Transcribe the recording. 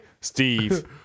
steve